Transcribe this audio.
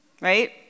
Right